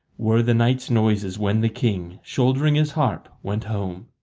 were the night's noises when the king shouldering his harp, went home.